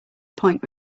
point